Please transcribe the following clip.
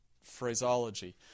phraseology